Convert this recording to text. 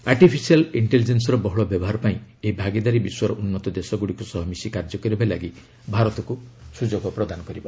artificial ଇଷ୍ଟେଲିଜେନ୍ସର ବହୁଳ ବ୍ୟବହାର ପାଇଁ ଏହି ଭାଗିଦାରି ବିଶ୍ୱର ଉନ୍ନତ ଦେଶଗୁଡ଼ିକ ସହ ମିଶି କାର୍ଯ୍ୟ କରିବା ଲାଗି ଭାରତକୁ ସୁଯୋଗ ପ୍ରଦାନ କରିବ